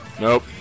Nope